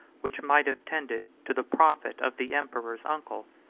which might have tended to the profit of the emperor's uncle.